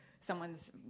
someone's